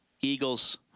Eagles